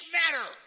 matter